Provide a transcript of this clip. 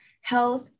health